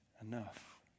enough